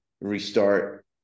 restart